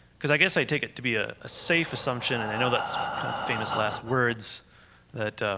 because i guess i take it to be a safe assumption and i know that's kind of famous last words that